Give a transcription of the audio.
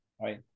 Right